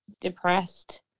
depressed